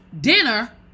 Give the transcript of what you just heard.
dinner